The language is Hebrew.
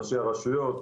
ראשי הרשויות.